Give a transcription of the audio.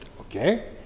okay